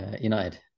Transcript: United